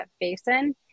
basin